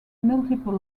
multiple